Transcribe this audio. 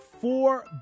four